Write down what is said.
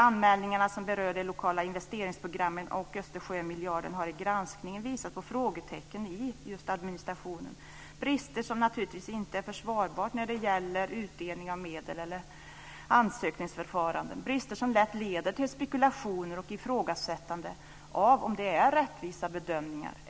Anmälningarna som berör både de lokala investeringsprogrammen och Östersjömiljarden har i granskningen visat på frågetecken i just administrationen. Det är brister som naturligtvis inte är försvarbara när det gäller utdelning av medel eller ansökningsförfarande och som lätt leder till spekulationer och ifrågasättande av om det gjorts rättvisa bedömningar.